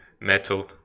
metal